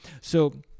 So-